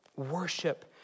worship